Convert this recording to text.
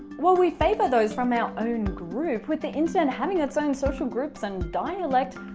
while we favour those from our own groups, with the internet having it's own social groups and dialect,